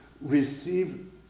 receive